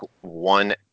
one